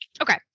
Okay